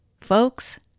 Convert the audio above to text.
Folks